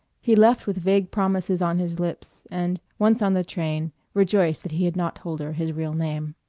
he left with vague promises on his lips, and, once on the train, rejoiced that he had not told her his real name.